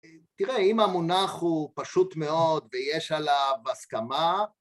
תראה אם המונח הוא פשוט מאוד ויש עליו הסכמה